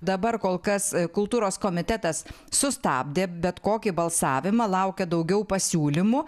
dabar kol kas kultūros komitetas sustabdė bet kokį balsavimą laukia daugiau pasiūlymų